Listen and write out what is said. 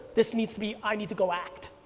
this needs to be, i need to go act.